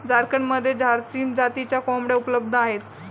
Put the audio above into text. झारखंडमध्ये झारसीम जातीच्या कोंबड्या उपलब्ध आहेत